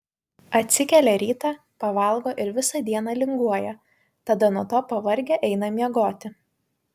atsikelia rytą pavalgo ir visą dieną linguoja tada nuo to pavargę eina miegoti